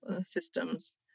systems